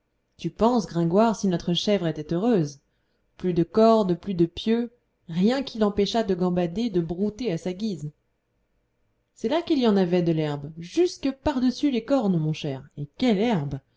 tu penses gringoire si notre chèvre était heureuse plus de corde plus de pieu rien qui l'empêchât de gambader de brouter à sa guise c'est là qu'il y en avait de l'herbe jusque par-dessus les cornes mon cher et quelle herbe